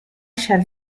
shall